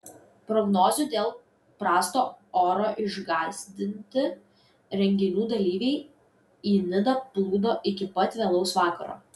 prognozių dėl prasto oro išgąsdinti renginių dalyviai į nidą plūdo iki pat vėlaus vakaro